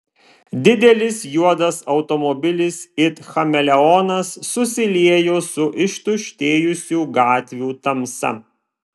didelis juodas automobilis it chameleonas susiliejo su ištuštėjusių gatvių tamsa